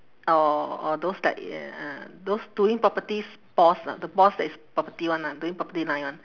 or or those that ya uh those doing properties boss ah the boss that is property [one] lah doing property line [one]